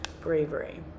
Bravery